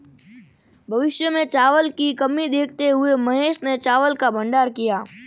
भविष्य में चावल की कमी देखते हुए महेश ने चावल का भंडारण किया